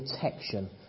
protection